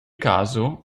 caso